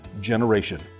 generation